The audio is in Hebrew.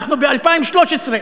אנחנו ב-2013.